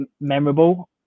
memorable